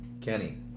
Kenny